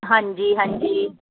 ਹਾਂਜੀ ਹਾਂਜੀ